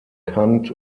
kant